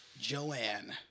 Joanne